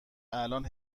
الان